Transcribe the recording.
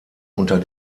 unter